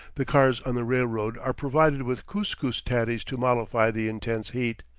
the cars on the railroad are provided with kus-kus tatties to mollify the intense heat.